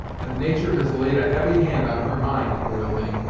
but natur' has laid a heavy hand on her mind, poor thing.